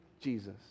Jesus